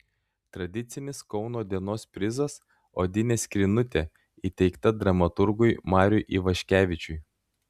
tradicinis kauno dienos prizas odinė skrynutė įteikta dramaturgui mariui ivaškevičiui